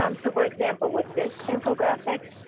um so, for example, with this infographic,